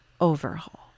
overhaul